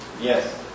Yes